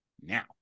now